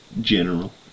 General